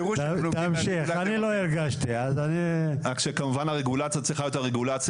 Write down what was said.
אני לא הרגשתי אז אני --- כמובן שהרגולציה צריכה את הרגולציה